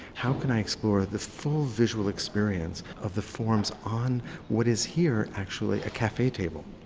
how can i explore the full visual experience of the forms on what is here, actually a cafe table.